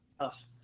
tough